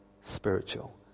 spiritual